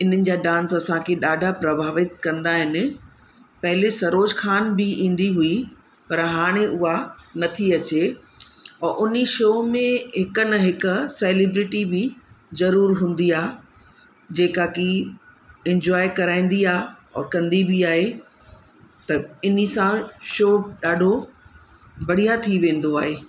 इन्हनि जा डांस असांखे ॾाढा प्रभावित कंदा आहिनि पहिले सरोज ख़ान बि ईंदी हुई पर हाणे उहा नथी अचे उहो उन्हीअ शॉ में हिकु न हिकु सैलीब्रिटी बि ज़रूरु हूंदी आहे जेका की इंजॉए कराईंदी आहे और कंदी बि आहे त इन्हीअ साण शॉ ॾाढो बढ़िया थी वेंदो आहे